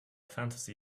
fantasy